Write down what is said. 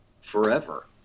forever